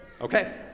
Okay